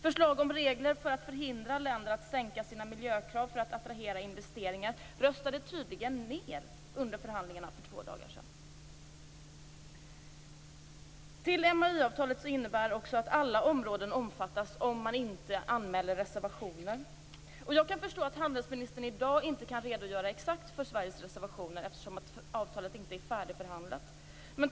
Förslag om regler för att förhindra länder att sänka sina miljökrav för att attrahera investerare röstades tydligen ned under förhandlingarna för två dagar sedan. MAI-avtalet innebär också att alla områden omfattas om man inte anmäler reservation. Jag kan förstå att handelsministern i dag inte kan redogöra exakt för Sveriges reservationer, eftersom avtalet inte är färdigförhandlat.